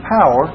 power